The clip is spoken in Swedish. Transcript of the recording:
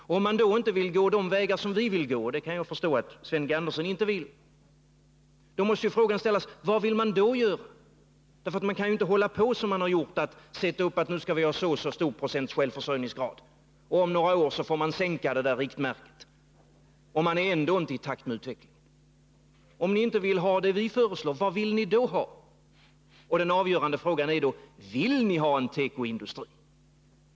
Om man inte vill gå de vägar som vi vill gå — och det kan jag förstå att Sven G. Andersson inte vill — vad vill man då göra? Man kan ju inte hålla på och sätta upp målet att vi skall ha så och så stor självförsörjningsgrad och om några år ytterligare sänka det riktmärket utan att ändå komma i takt med utvecklingen. Om ni inte vill ha det vi föreslår — vad vill ni då ha? Den avgörande frågan är: Vill ni ha en tekoindustri?